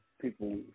People